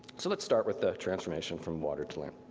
so let's start with the transformation from water to land.